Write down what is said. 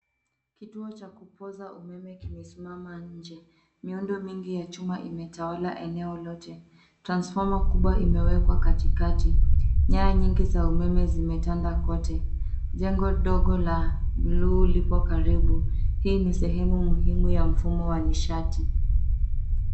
Kituo cha kupooza umeme kimesimama nje. Miundo mingi ya chuma imetawala eneo lote. Transformer kubwa imewekwa katikati. Nyaya nyingi za umeme zimetanda kote. Jengo ndogo la bluu lipo karibu. Hii ni sehemu muhimu ya mfumo wa nishati.